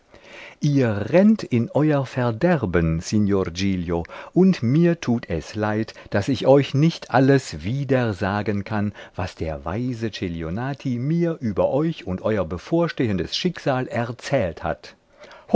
ihr rennt in euer verderben signor giglio und mir tut es leid daß ich euch nicht alles wiedersagen kann was der weise celionati mir über euch und euer bevorstehendes schicksal erzählt hat